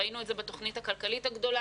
ראינו את זה בתוכנית הכלכלית הגדולה,